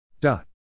dot